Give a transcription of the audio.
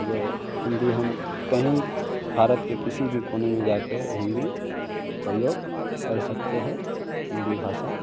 जो हिन्दी हम कहीं भारत के किसी भी कोने में जाकर हिन्दी प्रयोग कर सकते हैं हिन्दी भाषा